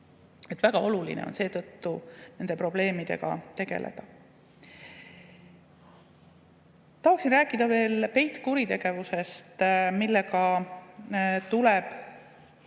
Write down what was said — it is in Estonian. Väga oluline on seetõttu nende probleemidega tegeleda. Tahaksin rääkida veel peitkuritegevusest, millega tuleb